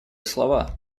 слова